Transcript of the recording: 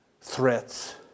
threats